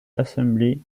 assembly